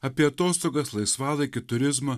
apie atostogas laisvalaikį turizmą